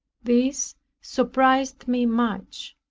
this surprised me much.